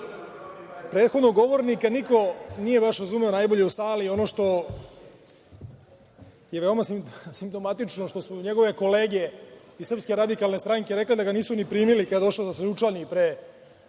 Arsiću. Prethodnog govornika niko nije razumeo najbolje u sali. Ono što je veoma simptomatično, što su njegove kolege iz Srpske radikalne stranke rekle da ga nisu ni primili kad je došao da se učlani pre